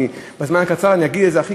אני אגיד את זה בקצרה,